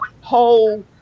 whole